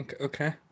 okay